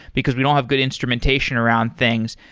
because we don't have good instrumentation around things.